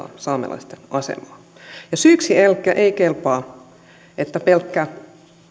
saamelaisten asemaa ja syyksi ei kelpaa pelkkä